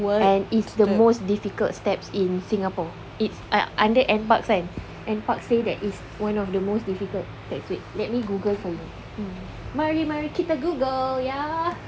and it's the most difficult steps in Singapore it's uh under NParks kan NParks says that it's one of the most difficult steps wait let me Google for you mari mari kita google ya